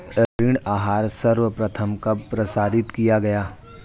ऋण आहार सर्वप्रथम कब प्रसारित किया गया?